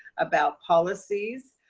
about policies.